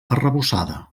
arrebossada